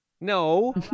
No